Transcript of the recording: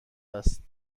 است